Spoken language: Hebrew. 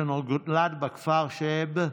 שנולד בכפר שעב,